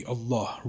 Allah